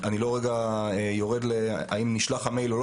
אני לא מתייחס לשאלה האם נשלח המייל או לא